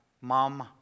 Mom